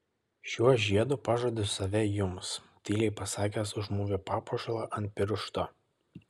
šiuo žiedu pažadu save jums tyliai pasakęs užmovė papuošalą ant piršto